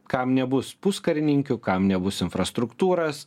kam nebus puskarininkių kam nebus infrastruktūros